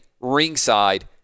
ringside